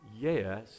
Yes